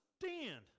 stand